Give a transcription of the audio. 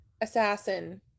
assassin